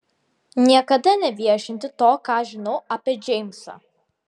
niekada neviešinti to ką žinau apie džeimsą